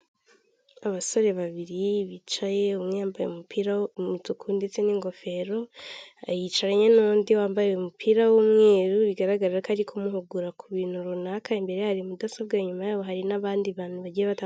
Abasore babiri bicaye umwe yambaye umupira w'umutuku ndetse n'ingofero, yicaranye n'undi wambaye umupira w'umweru bigaragara ko ari kumuhugura ku bintu runaka imbere hari mudasobwa, inyuma ye hari n'abandi bantu bagiye batandukanye.